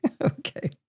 Okay